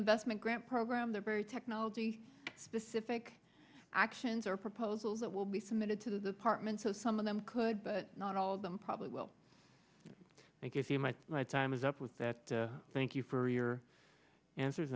investment grant program they're very technology this ific actions are proposals that will be submitted to the department so some of them could but not all of them probably well i think if you might my time is up with that thank you for your answers